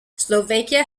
slovakia